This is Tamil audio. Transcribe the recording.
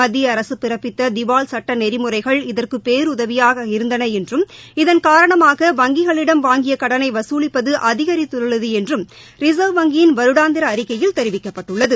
மத்திய அரசு பிறப்பித்த திவால் சட்ட நெறிமுறைகள் இதற்கு பேருதவியாக இருந்தன என்றும் இதன் காரணமாக வங்கிகளிடம் வாங்கிய கடனை வசூலிப்பது அதிகித்துள்ளது என்றும் ரிசா்வ் வங்கியின் வருடாந்திர அறிக்கையில் தெரிவிக்கப்பட்டுள்ளது